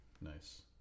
Nice